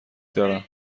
دارم